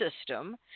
system